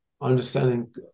understanding